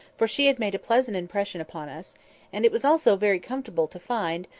for she had made a pleasant impression upon us and it was also very comfortable to find,